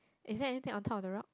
is there anything on top of the rock